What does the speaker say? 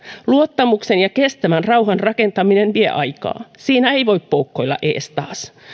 luottamuksen ja kestävän rauhan rakentaminen vie aikaa siinä ei voi poukkoilla eestaas